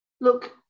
look